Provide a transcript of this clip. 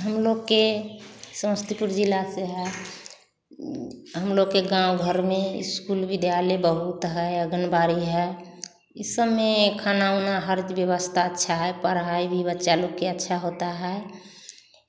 हम लोग के समस्तीपुर जिला से है हम लोग के गाँव घर में स्कूल विद्यालय बहुत हैं आंगनवाड़ी है यह सब में खाना वाना हर व्यवस्था अच्छा है पढ़ाई भी बच्चा लोग की अच्छा होता है